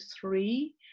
three